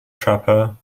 trapper